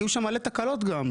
כי היו שם מלא תקלות גם.